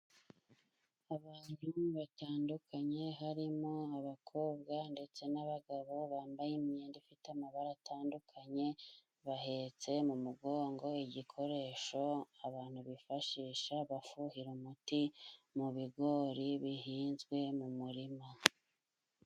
Abantu batandukanye harimo abakobwa ndetse n'abagabo bambaye imyenda ifite amabara atandukanye. Bahetse mu mugongo igikoresho abantu bifashisha bafuhira umuti mu bigori bihinzwe mu murima.